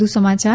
વધુ સમચાર